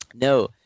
No